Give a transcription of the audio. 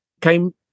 came